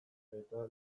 eta